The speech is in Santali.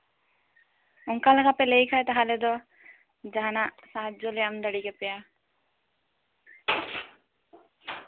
ᱚᱱᱠᱟᱞᱮᱠᱟ ᱯᱮ ᱞᱟᱹᱭ ᱠᱷᱟᱡ ᱛᱟᱞᱦᱮ ᱫᱚ ᱡᱟᱦᱟᱸᱱᱟᱜ ᱥᱟᱦᱟᱡᱡᱚᱞᱮ ᱮᱢ ᱫᱟᱲᱮ ᱠᱮᱯᱮᱭᱟ